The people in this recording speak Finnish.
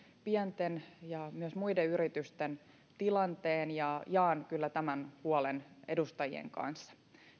pienten ja myös muiden yritysten tilanteen jaan kyllä tämän huolen edustajien kanssa